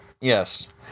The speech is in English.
Yes